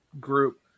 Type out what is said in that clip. group